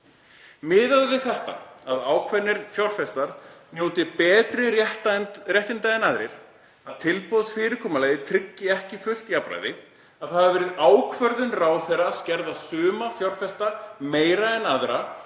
Miðað við það að ákveðnir fjárfestar njóti betri réttinda en aðrir, að tilboðsfyrirkomulagið tryggi ekki fullt jafnræði, að það hafi verið ákvörðun ráðherra að skerða suma fjárfesta meira en aðra